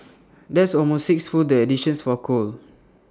that's almost sixfold the additions for coal